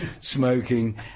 smoking